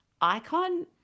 icon